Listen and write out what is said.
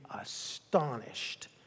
astonished